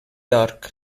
york